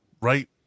right